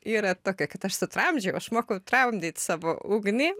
yra tokia kad aš sutramdžiau išmokau tramdyt savo ugnį